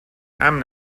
امن